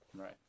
right